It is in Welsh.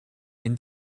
ein